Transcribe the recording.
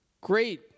great